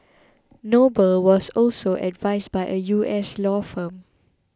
noble was also advised by a U S law firm